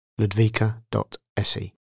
ludvika.se